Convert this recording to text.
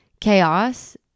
chaos